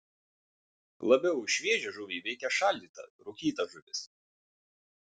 labiau už šviežią žuvį veikia šaldyta rūkyta žuvis